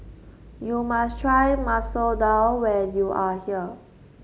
you must try Masoor Dal when you are here